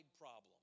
problem